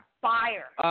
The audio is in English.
fire